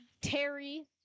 Terry